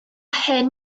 hen